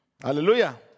Hallelujah